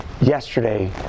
yesterday